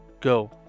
Go